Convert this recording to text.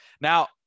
Now